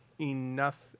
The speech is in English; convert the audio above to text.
enough